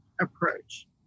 approach